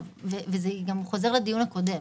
זה גם חוזר לדיון הקודם.